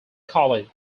college